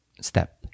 step